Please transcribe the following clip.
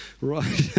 Right